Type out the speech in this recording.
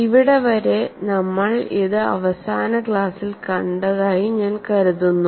ഇവിടെ വരെ നമ്മൾ ഇത് അവസാന ക്ലാസിൽ കണ്ടതായി ഞാൻ കരുതുന്നു